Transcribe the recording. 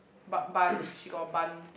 but bun she got a bun